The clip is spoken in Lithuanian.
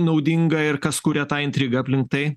naudinga ir kas kuria tą intrigą aplinkt tai